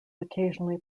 occasionally